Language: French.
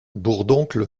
bourdoncle